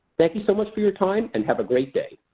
thank you so much for your time and have a great day.